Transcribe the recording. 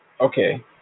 Okay